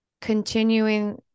continuing